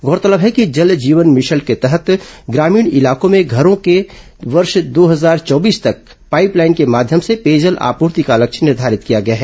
गौरतलब है कि जल जीवन मिशन के तहत ग्रामीण इलाकों के घरों में वर्ष दो हजार चौबीस तक पाइप लाइन के माध्यम से पेयजल आपूर्ति का लक्ष्य निर्धारित किया गया है